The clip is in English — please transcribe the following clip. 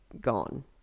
gone